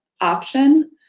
option